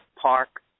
park